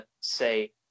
say